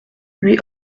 lui